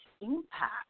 impact